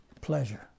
pleasure